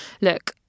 look